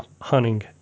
hunting